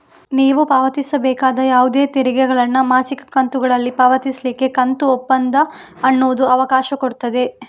ನೀವು ಪಾವತಿಸಬೇಕಾದ ಯಾವುದೇ ತೆರಿಗೆಗಳನ್ನ ಮಾಸಿಕ ಕಂತುಗಳಲ್ಲಿ ಪಾವತಿಸ್ಲಿಕ್ಕೆ ಕಂತು ಒಪ್ಪಂದ ಅನ್ನುದು ಅವಕಾಶ ಕೊಡ್ತದೆ